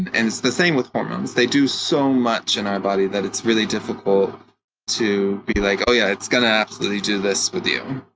and it's the same with hormones. they do so much in our body that it's really difficult to be like, oh yeah, it's going to absolutely do this with you.